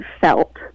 felt